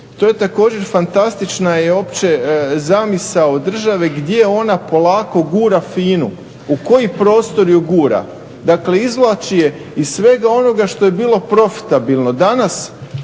to je također fantastična je uopće zamisao države gdje ona polako gura FINA-u, u koji prostor je gura. Dakle izvlači je iz svega onoga što je bilo profitabilno.